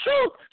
truth